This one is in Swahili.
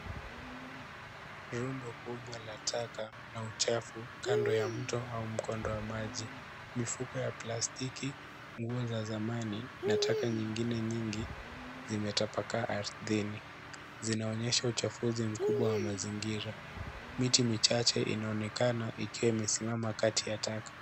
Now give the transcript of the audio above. Rundo kubwa la taka na uchafu kando ya mto au mkondo wa maji. Mifuko ya plastiki, nguo za zamani na taka nyingine nyingi zimetapakaa ardhini. Zinaonyesha uchafuzi mkubwa wa mazingira. Miti michache inaonekana ikiwa imesimama kati ya taka.